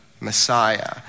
Messiah